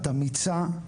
את אמיצה,